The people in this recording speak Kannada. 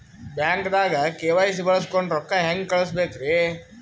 ಬ್ಯಾಂಕ್ದಾಗ ಕೆ.ವೈ.ಸಿ ಬಳಸ್ಕೊಂಡ್ ರೊಕ್ಕ ಹೆಂಗ್ ಕಳಸ್ ಬೇಕ್ರಿ?